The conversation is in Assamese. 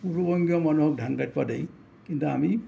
পূৰ্ব বংগীয় মানুহক ধান কাটিব দেই কিন্তু আমি